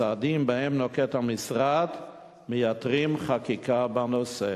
הצעדים שנוקט המשרד מייתרים חקיקה בנושא.